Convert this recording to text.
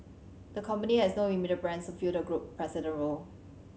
the company has no immediate plans to fill the group president role